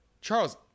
Charles